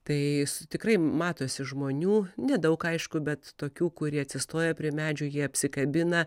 tai tikrai matosi žmonių nedaug aišku bet tokių kurie atsistoję prie medžio jį apsikabina